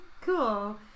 cool